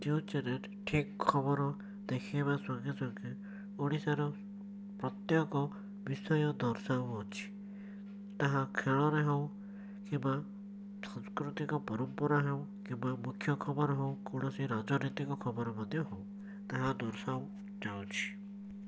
ଯେଉଁ ଚ୍ୟାନେଲ୍ ଠିକ ଖବର ଦେଖେଇବା ସଙ୍ଗେସଙ୍ଗେ ଓଡ଼ିଶାର ପ୍ରତ୍ୟେକ ବିଷୟ ଦର୍ଶାଉଅଛି ତାହା ଖେଳରେ ହେଉ କିମ୍ବା ସାଂସ୍କୃତିକ ପରମ୍ପରା ହେଉ କିମ୍ବା ମୁଖ୍ୟ ଖବର ହଉ କୌଣସି ରାଜନୈତିକ ଖବର ମଧ୍ୟ ହଉ ତାହା ଦର୍ଶାଉଯାଉଛି